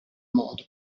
modo